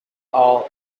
all